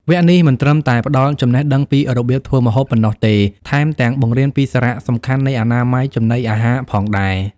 វគ្គនេះមិនត្រឹមតែផ្ដល់ចំណេះដឹងពីរបៀបធ្វើម្ហូបប៉ុណ្ណោះទេ ថែមទាំងបង្រៀនពីសារៈសំខាន់នៃអនាម័យចំណីអាហារផងដែរ។